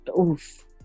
Oof